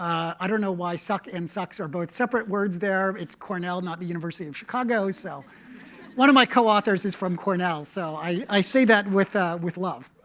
i don't know why suck and sucks are both separate words there. it's cornell, not the university of chicago. so one of my co-authors is from cornell, so i say that with ah with love.